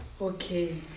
Okay